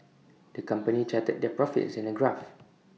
the company charted their profits in A graph